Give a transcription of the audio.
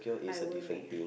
I won't leave